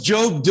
Job